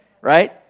right